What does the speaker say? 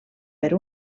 per